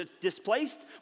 displaced